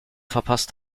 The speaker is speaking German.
verpasst